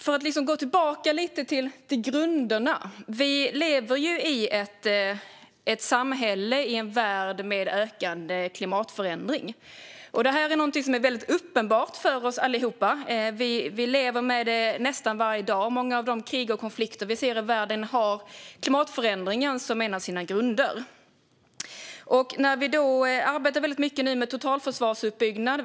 För att gå tillbaka till grunderna: Vi lever i ett samhälle i en värld med ökande klimatförändring. Det är uppenbart för oss alla - vi lever med det nästan varje dag. Många av de krig och konflikter vi ser i världen har klimatförändringen som en av sina grunder. Nu arbetar vi mycket med totalförsvarsuppbyggnad.